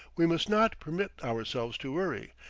we must not permit ourselves to worry,